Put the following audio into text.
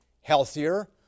healthier